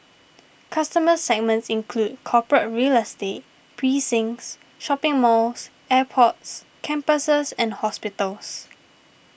customer segments include corporate real estate precincts shopping malls airports campuses and hospitals